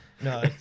No